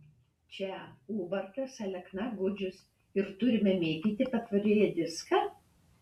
čia ubartas alekna gudžius ir turime mėtyti patvoryje diską